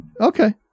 Okay